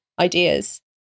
ideas